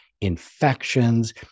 infections